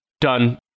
done